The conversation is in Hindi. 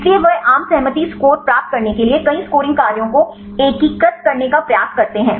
इसलिए वे आम सहमति स्कोर प्राप्त करने के लिए कई स्कोरिंग कार्यों को एकीकृत करने का प्रयास करते हैं